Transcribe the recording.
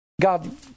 God